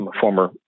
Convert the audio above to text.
former